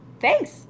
Thanks